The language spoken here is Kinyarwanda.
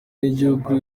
n’igihugu